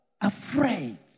afraid